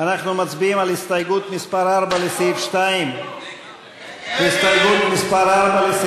אנחנו מצביעים על הסתייגות מס' 4 לסעיף 2. ההסתייגות (4) של